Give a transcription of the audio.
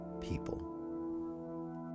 people